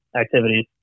activities